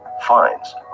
fines